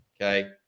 Okay